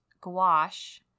gouache